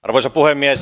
arvoisa puhemies